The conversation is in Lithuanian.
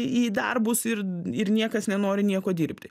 į darbus ir ir niekas nenori nieko dirbti